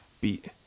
beat